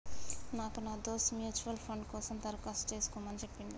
నాకు నా దోస్త్ మ్యూచువల్ ఫండ్ కోసం దరఖాస్తు చేసుకోమని చెప్పిండు